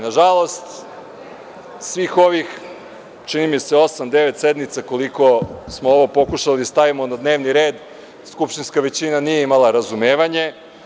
Nažalost, svih ovih, čini mi se osam, devet sednica koliko smo ovo pokušali da stavimo na dnevni red, skupštinska većina nije imala razumevanje.